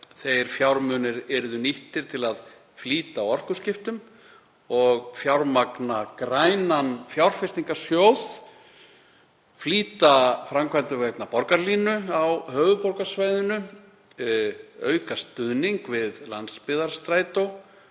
þeir fjármunir yrðu nýttir til að flýta orkuskiptum og fjármagna grænan fjárfestingarsjóð, flýta framkvæmdum vegna borgarlínu á höfuðborgarsvæðinu, auka stuðning við landsbyggðarstrætó,